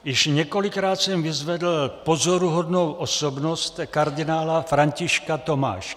Již několikrát jsem vyzvedl pozoruhodnou osobnost kardinála Františka Tomáška.